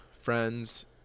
friends